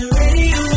radio